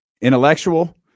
intellectual